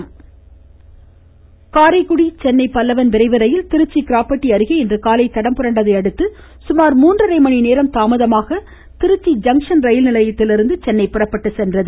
ம் ம் ம் ம் ம பல்லவன் விரைவு ரயில் காரைக்குடி சென்னை பல்லவன் விரைவு ரயில் திருச்சி கிராப்பட்டி அருகே இன்றுகாலை தடம் புரண்டதை அடுத்து சுமார் மூன்றரை மணிநேரம் தாமதமாக திருச்சி ஜங்ஷன் ரயில்நிலையத்திலிருந்து சென்னை புறப்பட்டுச் சென்றது